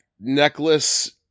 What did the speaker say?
necklace